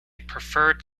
preferred